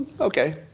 Okay